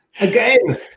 Again